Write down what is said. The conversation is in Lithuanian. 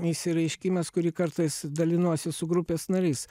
išsireiškimas kurį kartais dalinuosi su grupės nariais